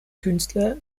künstler